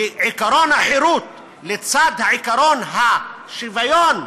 ועקרון החירות לצד עקרון השוויון,